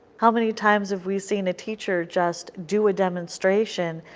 how many times have we seen a teacher just do a demonstration,